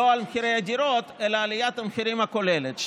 לא על מחירי הדירות אלא על עליית המחירים הכוללת,